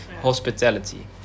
hospitality